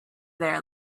there